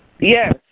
Yes